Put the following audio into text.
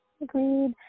Agreed